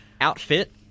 outfit